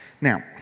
Now